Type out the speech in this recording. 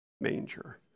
manger